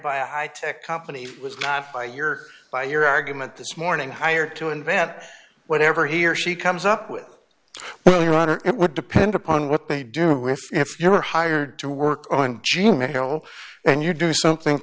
by a high tech company was caught by your by your argument this morning hired to invent whatever he or she comes up with well your honor it would depend upon what they do if you were hired to work on g mail and you do something